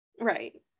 right